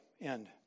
End